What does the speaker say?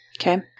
Okay